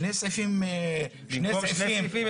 שני סעיפים --- במקום שני סעיפים,